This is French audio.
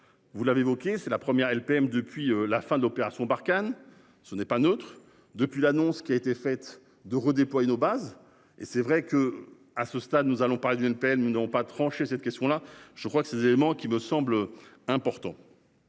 Vous l'avez évoqué, c'est la première LPM depuis la fin de l'opération Barkhane. Ce n'est pas neutre. Depuis l'annonce qui a été faite de redéployer nos bases et c'est vrai que, à ce stade, nous allons parler d'une peine. Nous n'avons pas trancher cette question là, je crois que ces éléments qui me semble important.